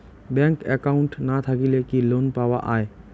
Bank account না থাকিলে কি লোন পাওয়া য়ায়?